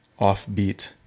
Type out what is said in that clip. offbeat